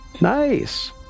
Nice